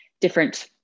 different